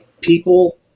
People